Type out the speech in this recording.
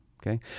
Okay